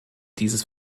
dieses